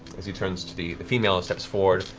as he turns to the the female who steps forward,